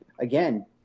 again